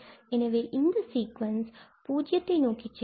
எனவே இந்த சீக்குவன்ஸ் பூஜ்ஜியத்தை நோக்கி செல்லும்